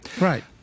Right